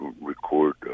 record